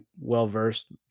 well-versed